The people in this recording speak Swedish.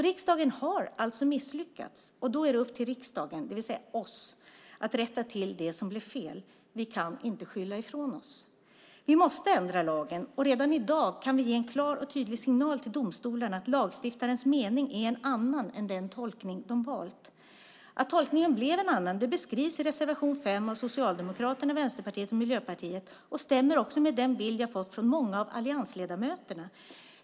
Riksdagen har alltså misslyckats, och då är det upp till riksdagen, det vill säga oss, att rätta till det som blev fel. Vi kan inte skylla ifrån oss. Vi måste ändra lagen, och redan i dag kan vi ge en klar och tydlig signal till domstolarna att lagstiftarens mening är en annan än den tolkning de valt. Att tolkningen blev en annan beskrivs i reservation 5 av Socialdemokraterna, Vänsterpartiet och Miljöpartiet och stämmer också med den bild jag har fått från många av alliansledamöterna.